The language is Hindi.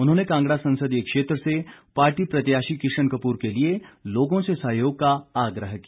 उन्होंने कांगड़ा संसदीय क्षेत्र से पार्टी प्रत्याशी किशन कपूर के लिए लोगों से सहयोग का आग्रह किया